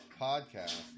Podcast